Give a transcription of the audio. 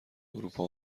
اروپا